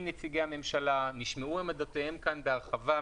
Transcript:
נציגי הממשלה ועמדותיהם נשמעו כאן בהרחבה.